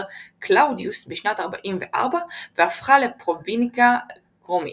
קלאודיוס בשנת 44 והפכה לפרובינקיה רומית.